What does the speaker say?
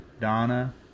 Donna